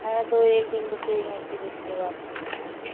ہاں دو ایک دن رک کے پھر اس کے بعد